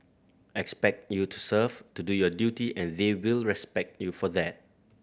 expect you to serve to do your duty and they will respect you for that